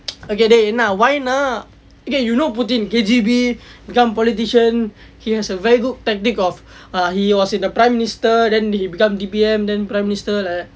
okay dey என்ன:enna why நா:naa okay you know putin K_G_B become politician he has a very good tactic of err he was in the prime minister then he become D_P_M then prime minister